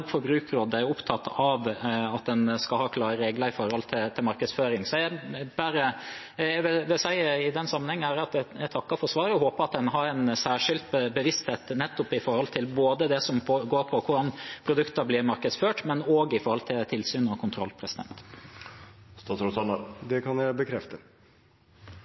Forbrukerrådet er opptatt av at en skal ha klare regler for markedsføring. Jeg takker for svaret og håper en har en særskilt bevissthet både når det gjelder det som går på hvordan produktene blir markedsført, og når det gjelder tilsyn og kontroll. Det kan jeg bekrefte.